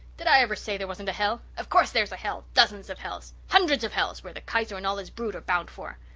did i ever say there wasn't a hell? of course there's a hell dozens of hells hundreds of hells where the kaiser and all his brood are bound for.